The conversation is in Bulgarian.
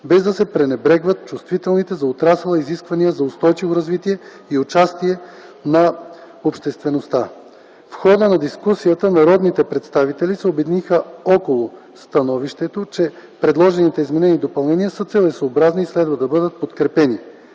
без да се пренебрегват чувствителните за отрасъла изисквания за устойчиво развитие и участие на обществеността. В хода на дискусията народните представители се обединиха около становището, че предложените изменения и допълнения са целесъобразни и следва да бъдат подкрепени.